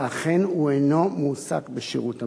ואכן הוא אינו מועסק בשירות המדינה,